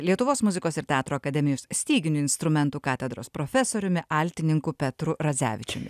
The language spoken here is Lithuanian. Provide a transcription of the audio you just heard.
lietuvos muzikos ir teatro akademijos styginių instrumentų katedros profesoriumi altininku petru radzevičiumi